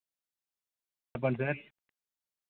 చెప్పండి సార్